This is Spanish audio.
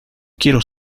quiero